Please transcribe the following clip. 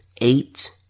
eight